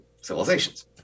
civilizations